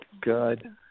Good